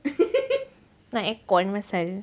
nak aircon punya pasal